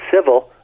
civil